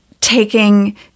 taking